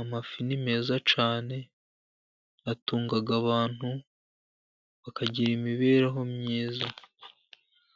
Amafi ni meza cyane atunga abantu, bakagira imibereho myiza.